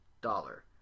dollar